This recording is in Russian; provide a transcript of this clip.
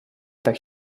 так